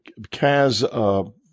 Kaz